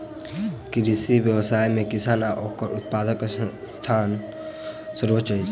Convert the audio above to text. कृषि व्यवसाय मे किसान आ ओकर उत्पादकक स्थान सर्वोच्य अछि